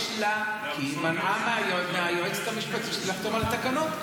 כי היא מנעה מהיועצת המשפטית לחתום על התקנות.